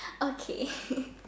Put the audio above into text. okay